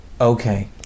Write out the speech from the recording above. Okay